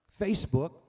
Facebook